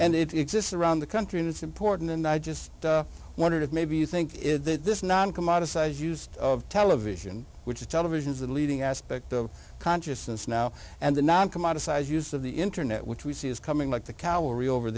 and it exists around the country and it's important and i just wondered if maybe you think that this noncom out of size used of television which is television's the leading aspect of consciousness now and the noncom out of size use of the internet which we see is coming like the cow real over